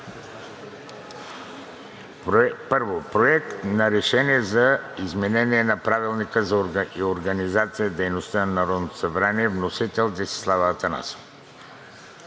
„1. Проект на решение за изменение на Правилника за организацията и дейността на Народното събрание. Вносител: Десислава Атанасова.